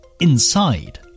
inside